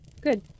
Good